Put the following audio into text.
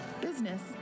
business